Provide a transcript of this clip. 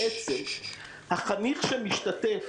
בעצם החניך משתתף